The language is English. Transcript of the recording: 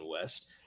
West